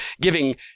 giving